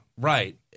Right